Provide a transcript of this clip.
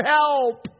help